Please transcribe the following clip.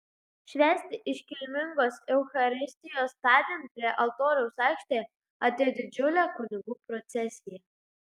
švęsti iškilmingos eucharistijos tądien prie altoriaus aikštėje atėjo didžiulė kunigų procesija